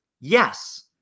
yes